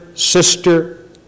Sister